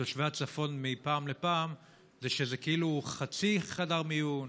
מתושבי הצפון מפעם לפעם זה שזה כאילו חצי חדר מיון,